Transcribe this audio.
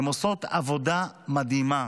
הן עושות עבודה מדהימה.